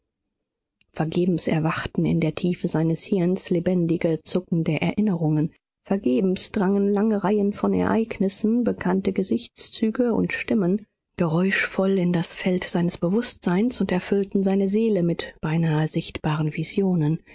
vergebens erwachten in der tiefe seines hirns lebendige zuckende erinnerungen vergebens drangen lange reihen von ereignissen bekannte gesichtszüge und stimmen geräuschvoll in das feld seines bewußtseins und erfüllten seine seele mit beinahe sichtbaren visionen